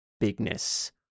bigness